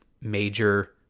major